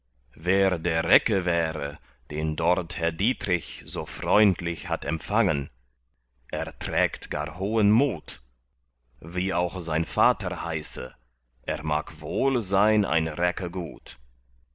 wer der recke wäre den dort herr dietrich so freundlich hat empfangen er trägt gar hoch den mut wie auch sein vater heiße er mag wohl sein ein recke gut